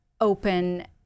open